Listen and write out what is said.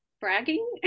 bragging